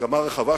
הסכמה רחבה,